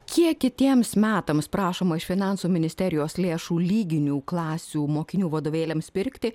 kiek kitiems metams prašoma iš finansų ministerijos lėšų lyginių klasių mokinių vadovėliams pirkti